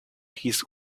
his